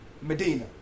Medina